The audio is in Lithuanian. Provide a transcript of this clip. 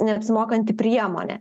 neapsimokanti priemonė